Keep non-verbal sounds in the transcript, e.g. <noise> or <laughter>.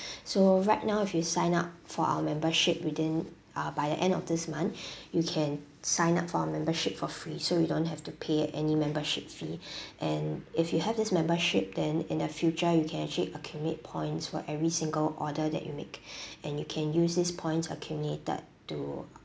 <breath> so right now if you sign up for our membership within uh by the end of this month <breath> you can sign up for a membership for free so you don't have to pay any membership fee <breath> and if you have this membership then in the future you can actually accumulate points for every single order that you make <breath> and you can use this points accumulated to